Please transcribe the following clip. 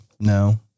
No